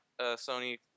Sony